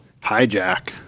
hijack